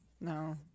No